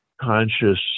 conscious